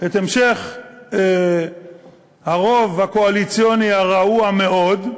את המשך הרוב הקואליציוני הרעוע-מאוד,